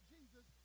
Jesus